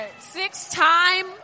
Six-time